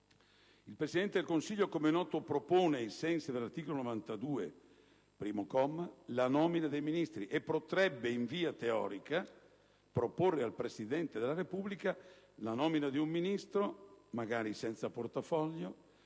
Il Presidente del Consiglio, com'è noto, propone - ai sensi dell'articolo 92, primo comma, della Costituzione - la nomina dei Ministri e potrebbe - in via teorica - proporre al Presidente della Repubblica la nomina di un Ministro (magari senza portafoglio)